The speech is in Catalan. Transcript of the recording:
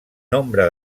nombre